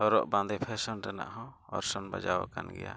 ᱦᱚᱨᱚᱜᱼᱵᱟᱸᱫᱮ ᱨᱮᱱᱟᱜ ᱦᱚᱸ ᱚᱨᱥᱚᱝ ᱵᱟᱡᱟᱣ ᱟᱠᱟᱱ ᱜᱮᱭᱟ